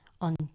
on